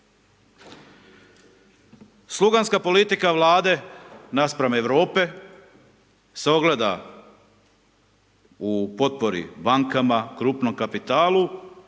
Sluganska politika Vlade naspram Europe se ogleda u potporu bankama, krupnom kapitalu